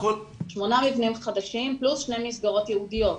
שמונה מבנים חדשים פלוס שתי מסגרות ייעודיות.